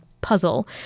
puzzle